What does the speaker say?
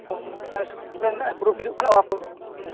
ᱚᱱᱟ ᱤᱥᱠᱩᱞ ᱠᱚᱨᱮᱱᱟᱜ ᱮᱯᱨᱩᱵᱽ ᱦᱤᱡᱩᱜ ᱠᱟᱱᱟ ᱚᱱᱟ ᱠᱚ